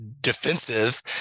defensive